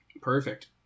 Perfect